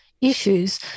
issues